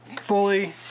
fully